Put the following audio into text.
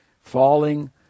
falling